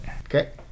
Okay